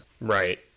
Right